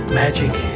magic